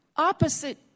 opposite